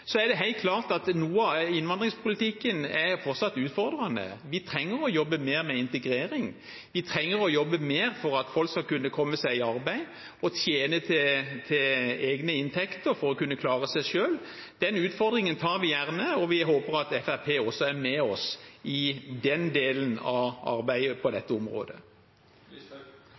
Så er det helt klart at noe av innvandringspolitikken fortsatt er utfordrende. Vi trenger å jobbe mer med integrering, vi trenger å jobbe mer for at folk skal kunne komme seg i arbeid og ha egne inntekter for å kunne klare seg selv. Den utfordringen tar vi gjerne, og vi håper at Fremskrittspartiet også er med oss i den delen av arbeidet på dette området.